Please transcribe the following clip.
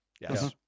Yes